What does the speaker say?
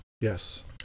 Yes